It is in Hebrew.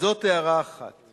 אין מערכת אחרת.